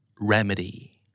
remedy